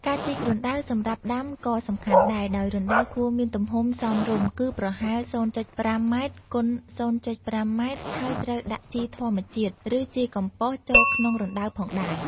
ការជីករណ្តៅសម្រាប់ដាំក៏សំខាន់ដែរ ដោយរណ្តៅគួរមានទំហំសមរម្យ គឺប្រហែល ០.៥ ម៉ែត្រ គុណ ០.៥ ម៉ែត្រ ហើយត្រូវដាក់ជីធម្មជាតិ ឬជីកំប៉ុស្តចូលក្នុងរណ្តៅផងដែរ។